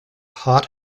hot